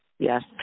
Yes